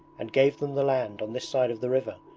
and gave them the land on this side of the river,